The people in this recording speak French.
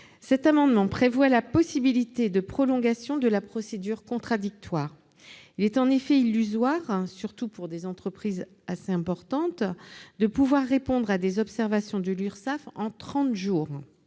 cet amendement est prévue la possibilité de prolonger la procédure contradictoire. En effet, il est illusoire, surtout pour les entreprises assez importantes, de pouvoir répondre à des observations de l'URSSAF en trente jours.